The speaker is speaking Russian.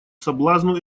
соблазну